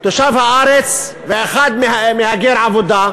תושב הארץ ואחד מהגר עבודה,